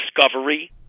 discovery